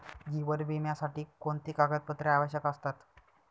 जीवन विम्यासाठी कोणती कागदपत्रे आवश्यक असतात?